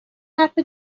حرف